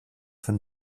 von